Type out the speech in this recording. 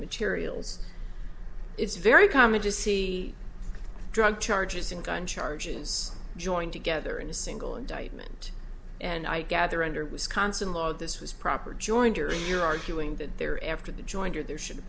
materials it's very common to see drug charges and gun charges joined together in a single indictment and i gather under wisconsin law this was proper joinery you're arguing that they're after the jointer there should